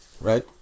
Right